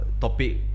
topic